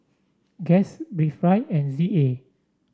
Guess Breathe Right and Z A